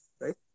Right